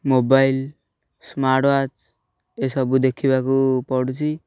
mobile smart watch ଏସବୁ ଦେଖିବାକୁ ପଡ଼ୁଛିି